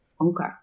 Okay